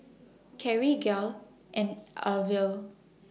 Carri Gayle and Elvia